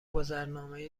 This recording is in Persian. گذرنامه